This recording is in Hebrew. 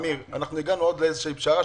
אמיר, אנחנו הגענו לאיזושהי פשרה.